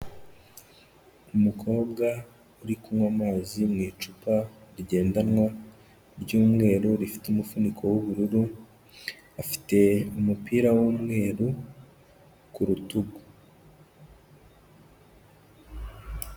Umukobwa uri kunywa amazi mu icupa rigendanwa ry'umweru rifite umuvuniko w'ubururu, afite umupira w'umweru ku rutugu.